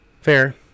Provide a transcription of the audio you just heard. Fair